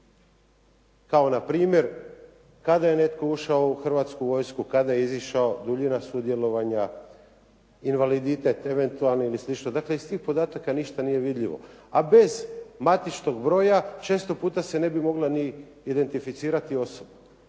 Kao na primjer kada je netko ušao u Hrvatsku vojsku, kada je izišao, duljina sudjelovanja, invaliditet eventualni ili slično. Dakle, iz tih podataka ništa nije vidljivo, a bez matičnog broja često puta se ne bi mogla ni identificirati osoba.